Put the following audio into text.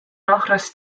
nochris